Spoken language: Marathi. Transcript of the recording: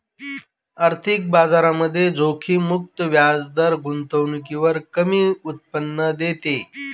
आर्थिक बाजारामध्ये जोखीम मुक्त व्याजदर गुंतवणुकीवर कमी उत्पन्न देते